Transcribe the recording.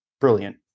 brilliant